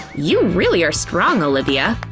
you really are strong, olivia.